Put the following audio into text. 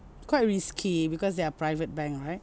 quite risky because they are private bank right